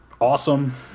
awesome